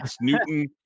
Newton